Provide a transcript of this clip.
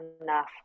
enough